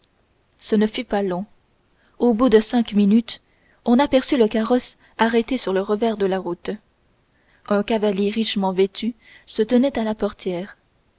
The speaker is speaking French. ce ne fut pas long au bout de cinq minutes on aperçut le carrosse arrêté sur le revers de la route un cavalier richement vêtu se tenait à la portière